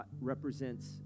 represents